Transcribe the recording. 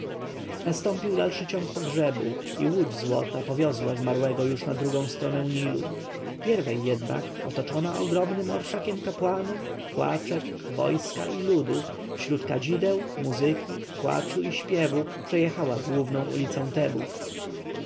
nastąpił dalszy ciąg pogrzebu i łódź złota powiozła zmarłego już na drugą stronę nilu pierwej jednak otoczona ogromnym orszakiem kapłanów płaczek wojska i ludu wśród kadzideł muzyki płaczu i śpiewu przejechała główną ulicę tebów